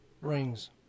Rings